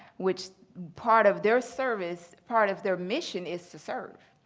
which part of their service, part of their mission is to serve.